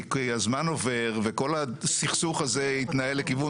כי הזמן עובר וכל הסכסוך הזה התנהל לכיוון